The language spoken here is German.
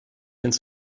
ins